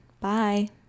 Bye